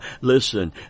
listen